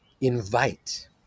invite